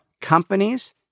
companies